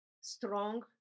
strong